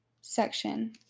section